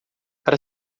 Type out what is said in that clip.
para